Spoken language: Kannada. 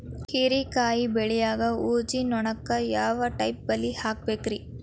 ಹೇರಿಕಾಯಿ ಬೆಳಿಯಾಗ ಊಜಿ ನೋಣಕ್ಕ ಯಾವ ಟೈಪ್ ಬಲಿ ಹಾಕಬೇಕ್ರಿ?